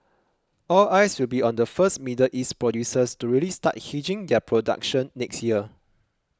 all eyes will be on the first Middle East producers to really start hedging their production next year